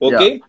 Okay